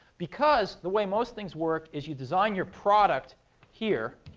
because the way most things work is you design your product here.